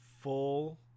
full